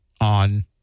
on